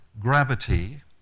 gravity